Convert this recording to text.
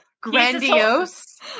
Grandiose